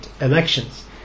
elections